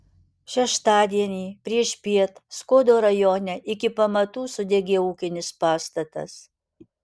šeštadienį priešpiet skuodo rajone iki pamatų sudegė ūkinis pastatas